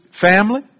family